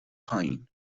پایین